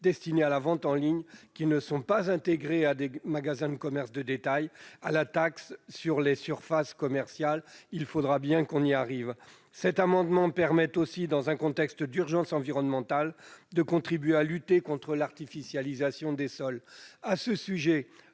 destinés à la vente en ligne qui ne sont pas intégrés à des magasins de commerce de détail à la taxe sur les surfaces commerciales. Il faudra bien qu'on y arrive ! Cet amendement a également pour objet, dans un contexte d'urgence environnementale, de contribuer à lutter contre l'artificialisation des sols.